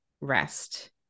rest